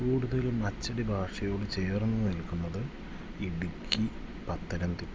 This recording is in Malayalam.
കൂടുതലും അച്ചടി ഭാഷയോടു ചേർന്നു നിൽക്കുന്നത് ഇടുക്കി പത്തനന്തിട്ട